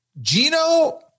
Gino